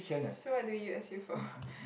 so what do you S_U for